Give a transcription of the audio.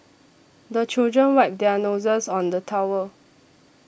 the children wipe their noses on the towel